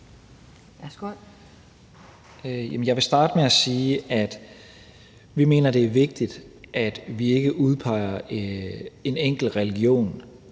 Jeg vil starte med at sige, at vi mener, det er vigtigt, at vi ikke udpeger en enkelt religion